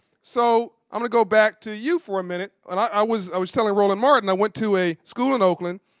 so i'm going to go back to you for a minute. and i was i was telling roland martin, i went to a school in oakland,